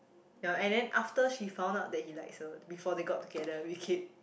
ya and then after she found out that he likes her before they got together we keep